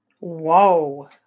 Whoa